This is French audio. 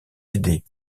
idées